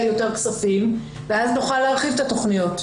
יותר כספים ואז נוכל להרחיב את התכניות.